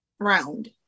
Round